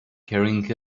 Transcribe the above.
carrying